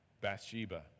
Bathsheba